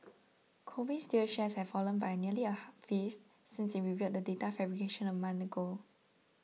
Kobe Steel's shares have fallen by nearly a fifth since it revealed the data fabrication a month ago